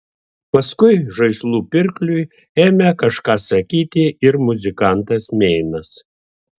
paskui žaislų pirkliui ėmė kažką sakyti ir muzikantas meinas